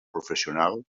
professional